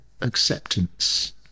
acceptance